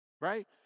Right